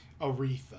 Aretha